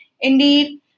indeed